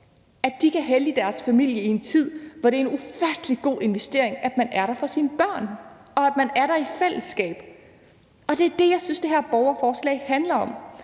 kan hellige sig deres familie i en tid, hvor det er en ufattelig god investering, at man er der for sine børn, og at man er der i fællesskab. Det er det, jeg synes det her borgerforslag handler om,